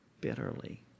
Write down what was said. bitterly